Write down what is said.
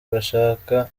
bashaka